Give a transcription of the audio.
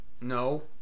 No